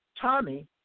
Tommy